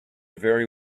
very